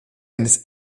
eines